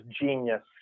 genius